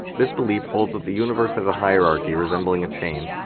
this belief holds that the universe has a hierarchy resembling a chain,